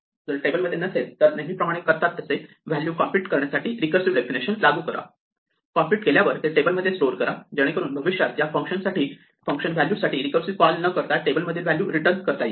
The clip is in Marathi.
जर ते टेबलमध्ये नसेल तर नेहमीप्रमाणे करतात तसे व्हॅल्यू कॉम्प्युट करण्यासाठी रिकर्सिव डेफिनेशन लागू करा कॉम्प्युट केल्यावर ते टेबलमध्ये स्टोअर करा जेणेकरून भविष्यात या फंक्शन व्हॅल्यू साठी रिकर्सिव कॉल न करता टेबल मधील व्हॅल्यू रिटर्न करता येईल